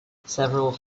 several